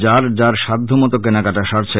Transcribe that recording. যার যার সাধ্যমত কেনাকাটা সারছেন